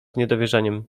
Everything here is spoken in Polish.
niedowierzaniem